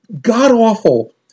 god-awful